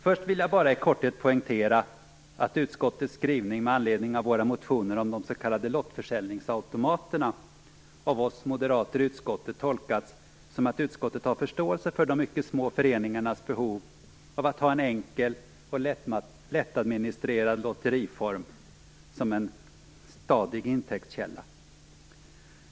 Först vill jag bara i korthet poängtera att utskottets skrivning med anledning av våra motioner om de s.k. lottförsäljningsautomaterna av oss moderater i utskottet tolkats så att utskottet har förståelse för de mycket små föreningarnas behov av att ha en enkel och lättadministrerad lotteriform som en stadig intäktskälla.